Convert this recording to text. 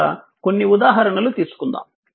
కనుక కొన్ని ఉదాహరణలు తీసుకుందాము